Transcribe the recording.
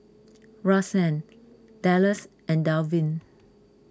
Rahsaan Dallas and Dalvin